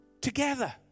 together